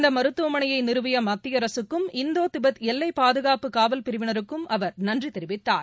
இந்தமருத்துவமனையைநிறுவியமத்தியஅரகக்கும் Indo Tibet எல்லைப் பாதுகாப்பு காவல் பிரிவினருக்கும் அவர் நன்றிதெரிவித்தார்